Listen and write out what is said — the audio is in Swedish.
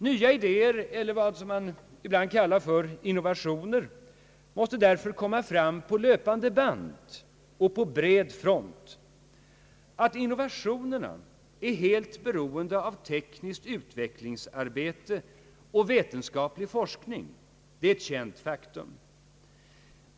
Nya idéer — eller vad som ibland kallas för innovationer — måste därför komma fram på löpande band och på bred front. Att innovationerna är helt beroende av tekniskt utvecklingsarbete och vetenskaplig forskning är ett känt faktum.